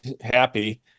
happy